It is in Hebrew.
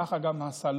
ככה גם הסלון,